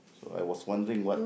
so I was wondering what